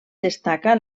destaca